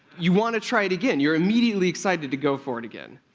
you want to try it again. you're immediately excited to go for it again.